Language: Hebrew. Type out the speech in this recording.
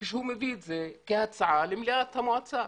כשהוא מביא את זה כהצעה למליאת המועצה.